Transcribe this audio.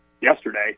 yesterday